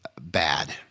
bad